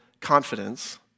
confidence